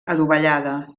adovellada